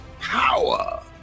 power